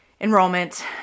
enrollment